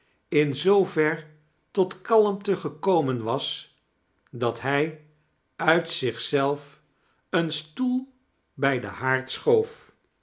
in zoo ver tot kalmte gekomen was dat hij uit zioh zelf een stoel bij den haard schoof